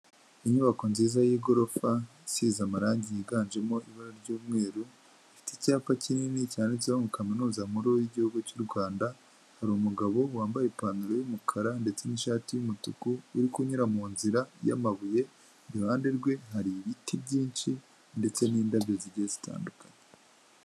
Inyubako nziza y'igorofa isize amarangi yiganjemo ibara ry'umweru, ifite icyapa kinini cyanditseho ngo kaminuza nkuru y'igihugu cyu'u Rwanda hari umugabo wambaye ipantaro y'umukara ndetse n'ishatiumutuku uri kunyura mu nzira y'amabuye, iruhande rwe hari ibiti byinshi ndetse n'indabyo zigiye zitandukanye.